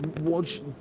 watch